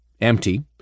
Empty